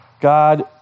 God